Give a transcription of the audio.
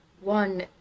one